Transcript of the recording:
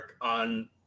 on